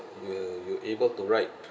you you able to write